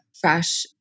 fresh